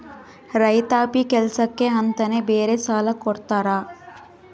ರೈತಾಪಿ ಕೆಲ್ಸಕ್ಕೆ ಅಂತಾನೆ ಬೇರೆ ಸಾಲ ಕೊಡ್ತಾರ